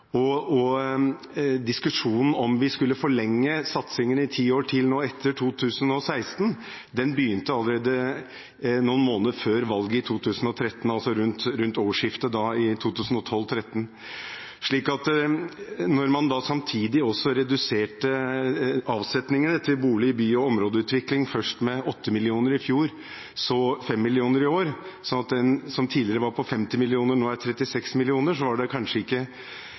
Og diskusjonen om vi skulle forlenge satsingen i ti år til, etter 2016, begynte allerede noen måneder før valget i 2013, rundt årsskiftet 2012–2013. Og når man da samtidig reduserte avsetningene til bolig-, by- og områdeutvikling – først med 8 mill. kr i fjor og så 5 mill. kr i år, slik at det som tidligere var på 50 mill. kr, nå er på 36 mill. kr – bør man når man er i posisjon, forstå opposisjonen, når man ser disse reduksjonene og det